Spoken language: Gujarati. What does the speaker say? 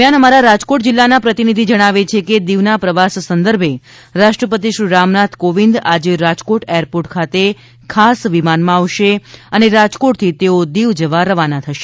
દરમિયાન અમારા રાજકોટ જિલ્લાના પ્રતિનિધિ જણાવે છે કે દીવના પ્રવાસ સંદર્ભ રાષ્ટ્રપતિ શ્રી રામનાથ કોવિંદ આજે રાજકોટ એરપોર્ટ ખાતે ખાસ વિમાનમાં આવશે અને રાજકોટથી તેઓ દીવ જવા રવાના થશે